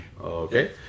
Okay